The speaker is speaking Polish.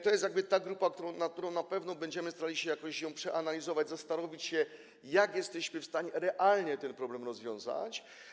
To jest ta grupa, co do której na pewno będziemy starali się to jakoś przeanalizować, zastanowić się, jak jesteśmy w stanie realnie ten problem rozwiązać.